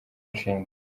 nshinga